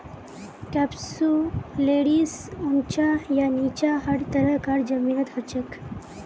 कैप्सुलैरिस ऊंचा या नीचा हर तरह कार जमीनत हछेक